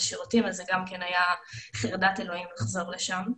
אז זה גם כן היה חרדת אלוהים לחזור לשם.